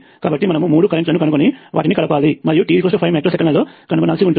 కాబట్టి మనము మూడు కరెంట్ లను కనుగొని వాటిని కలపాలి మరియు t5 మైక్రో సెకన్లలో కనుగొనాల్సి ఉంటుంది